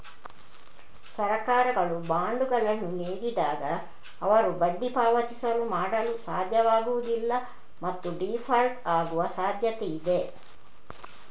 ಸರ್ಕಾರಗಳು ಬಾಂಡುಗಳನ್ನು ನೀಡಿದಾಗ, ಅವರು ಬಡ್ಡಿ ಪಾವತಿಗಳನ್ನು ಮಾಡಲು ಸಾಧ್ಯವಾಗುವುದಿಲ್ಲ ಮತ್ತು ಡೀಫಾಲ್ಟ್ ಆಗುವ ಸಾಧ್ಯತೆಯಿದೆ